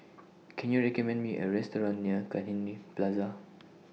Can YOU recommend Me A Restaurant near Cairnhill Plaza